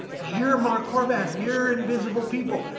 you're mark horvath, you're invisible people,